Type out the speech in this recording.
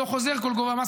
לא חוזר כל גובה המס.